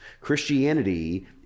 Christianity